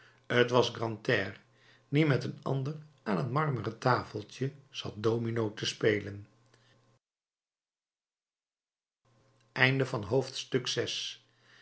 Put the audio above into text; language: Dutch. t was grantaire die met een ander aan een marmeren tafeltje zat domino te spelen